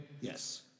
Yes